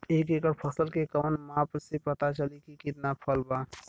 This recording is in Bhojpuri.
एक एकड़ फसल के कवन माप से पता चली की कितना फल बा?